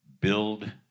build